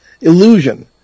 illusion